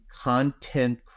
content